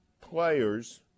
players